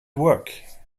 work